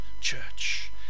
church